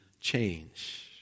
change